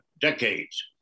decades